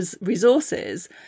resources